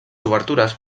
obertures